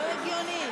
סיעת המחנה הציוני,